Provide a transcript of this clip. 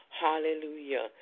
Hallelujah